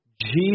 Jesus